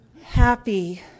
Happy